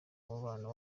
umubano